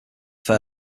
their